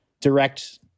direct